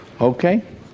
Okay